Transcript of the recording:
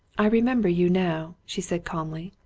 i remember you now, she said calmly.